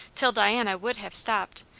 till diana would have stopped,